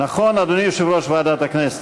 נכון, אדוני יושב-ראש ועדת הכנסת?